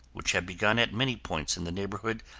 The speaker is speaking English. which had begun at many points in the neighborhood,